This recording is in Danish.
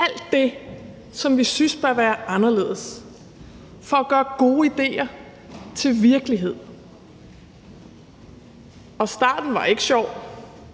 alt det, som vi synes bør være anderledes, og for at gøre gode idéer til virkelighed. Starten var ikke sjov,